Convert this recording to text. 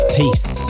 peace